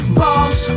balls